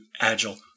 Agile